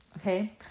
Okay